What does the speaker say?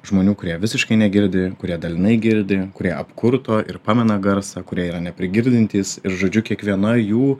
žmonių kurie visiškai negirdi kurie dalinai girdi kurie apkurto ir pamena garsą kurie yra neprigirdintys ir žodžiu kiekvienoj jų